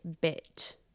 bit